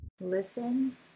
Listen